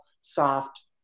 soft